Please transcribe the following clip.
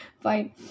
fine